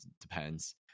depends